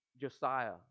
Josiah